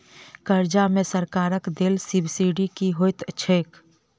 कर्जा मे सरकारक देल सब्सिडी की होइत छैक?